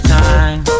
time